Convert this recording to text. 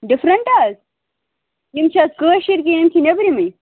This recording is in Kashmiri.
ڈِفرنٛٹ حَظ یِم چھا کٲشِر کِنہٕ یِم چھِ نٮ۪برِمٕے